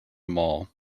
mall